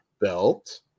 belt